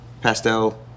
pastel